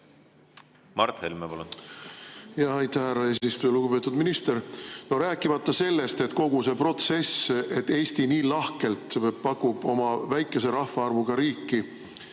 Mart Helme, palun! Aitäh, härra eesistuja! Lugupeetud minister! Rääkimata sellest, et kogu see protsess, et Eesti nii lahkelt pakub oma väikese rahvaarvuga riiki